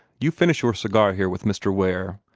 you finish your cigar here with mr. ware,